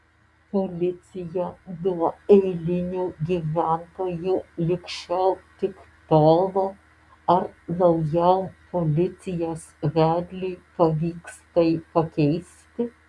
policija nuo eilinių gyventojų lig šiol tik tolo ar naujam policijos vedliui pavyks tai pakeisti